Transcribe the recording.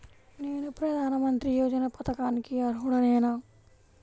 నేను ప్రధాని మంత్రి యోజన పథకానికి అర్హుడ నేన?